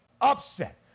upset